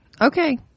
Okay